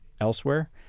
elsewhere